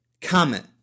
comment